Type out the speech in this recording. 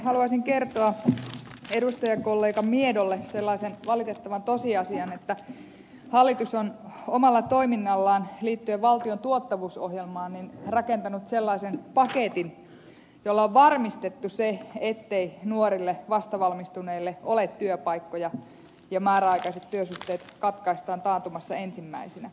haluaisin kertoa edustajakollega miedolle sellaisen valitettavan tosiasian että hallitus on omalla toiminnallaan liittyen valtion tuottavuusohjelmaan rakentanut sellaisen paketin jolla on varmistettu se ettei nuorille vastavalmistuneille ole työpaikkoja ja määräaikaiset työsuhteet katkaistaan taantumassa ensimmäisinä